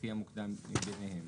לפי המוקדם מביניהם".